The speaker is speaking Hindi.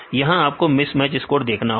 यहां आपको मिसमैच स्कोर देखना होगा